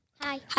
Hi